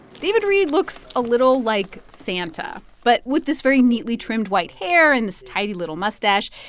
david reed looks a little like santa, but with this very neatly trimmed white hair and this tidy little mustache.